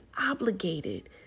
obligated